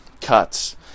cuts